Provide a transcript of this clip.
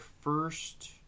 first